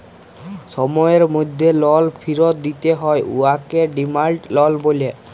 সময়ের মধ্যে লল ফিরত দিতে হ্যয় উয়াকে ডিমাল্ড লল ব্যলে